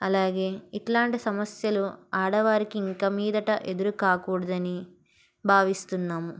అలాగే ఇలాంటి సమస్యలు ఆడవారికి ఇంక మీదట ఎదురు కాకూడదని భావిస్తున్నాము